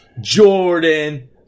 Jordan